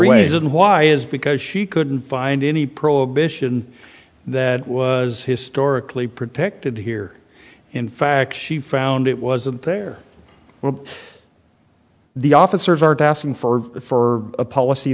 then why is because she couldn't find any prohibition that was historically protected here in fact she found it wasn't there when the officers are asking for it for a policy